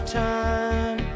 time